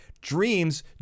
dreams